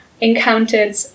encountered